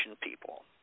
people